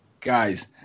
guys